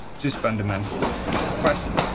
just fundamental questions.